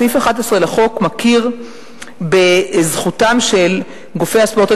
סעיף 11 לחוק מכיר בזכותם של גופי הספורט.